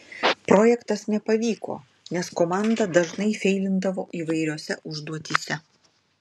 projektas nepavyko nes komanda dažnai feilindavo įvairiose užduotyse